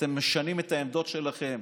אתם משנים את העמדות שלכם